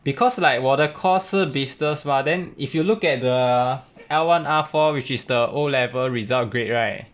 because like 我的 course 是 business mah then if you look at the L one R four which is the O level result grade right